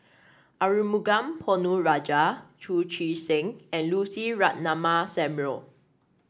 Arumugam Ponnu Rajah Chu Chee Seng and Lucy Ratnammah Samuel